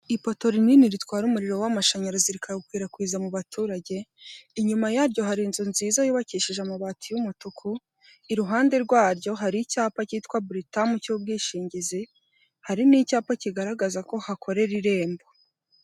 Ipoto rinini ritwara umuriro w'amashanyarazi rikawukwirakwiza mu baturage, inyuma yaryo hari inzu nziza yubakishije amabati y'umutuku, iruhande rwaryo hari icyapa cyitwa buritamu cy'ubwishingizi, hari n'icyapa kigaragaza ko hakorera irembo.